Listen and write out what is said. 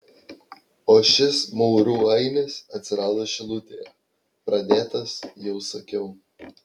o šis maurų ainis atsirado šilutėje pradėtas jau sakiau